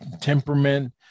temperament